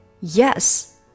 yes